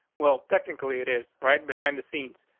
well, technically it is right behind the scenes.